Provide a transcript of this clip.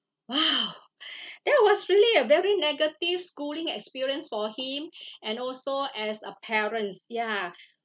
!wow! that was really a very negative schooling experience for him and also as a parents ya